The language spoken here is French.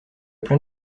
plein